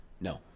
No